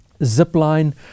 Zipline